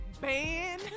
Ban